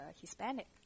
Hispanic